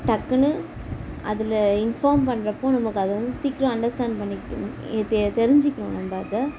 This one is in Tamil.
டக்குனு அதில் இன்ஃபார்ம் பண்றப்போது நமக்கு அதை வந்து சீக்கிரம் அண்டர்ஸ்டேண்ட் பண்ணிக்கிட்டு தெ தெரிஞ்சிக்கிறோம் நம்ம அதை